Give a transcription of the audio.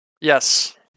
Yes